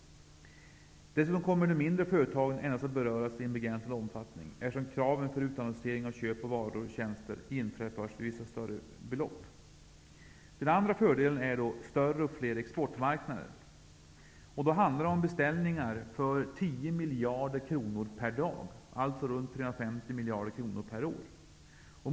Dessutom kommer de mindre företagen endast att beröras i en begränsad omfattning, eftersom kraven för utannonsering av köp av varor och tjänster inträder först vid vissa större belopp. Den andra fördelen är större och fler exportmarknader. Det handlar då om beställningar för 10 miljarder kronor per dag, dvs. ca 3 500 miljarder kronor per år.